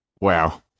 Wow